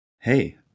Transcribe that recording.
Hey